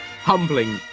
humbling